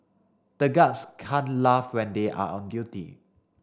the guards can't laugh when they are on duty